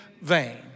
vain